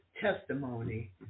testimony